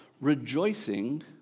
rejoicing